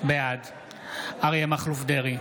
בעד אריה מכלוף דרעי,